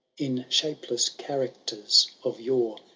in shapeless characters of yore,